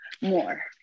more